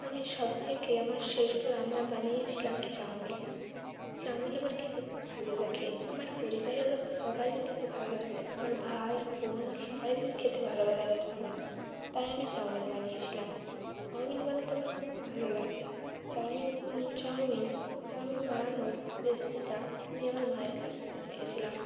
আমি সবথেকে আমার শ্রেষ্ঠ রান্না বানিয়েছিলাম চাউমিন চাউমিন আমার খেতে খুব ভালো লাগে আমার পরিবারেরও সবারই খেতে ভালো লাগে আমার ভাই বোন সবাইয়েরই খেতে ভালো লাগে চাউমিন তাই আমি চাউমিন বানিয়েছিলাম চাউমিন বানাতে আমার খুব ভালো লাগে চাউমিন চাউমিন চাউমিন বানানোর রেসিপিটা আমি আমার মায়ের কাছ থেকে শিখেছিলাম